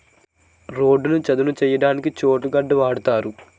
రోడ్డును చదును చేయడానికి చోటు గొడ్డ వాడుతారు